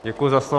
Děkuji za slovo.